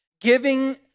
Giving